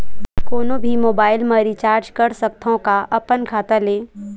कोनो भी मोबाइल मा रिचार्ज कर सकथव का अपन खाता ले?